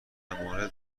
مورد